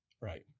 Right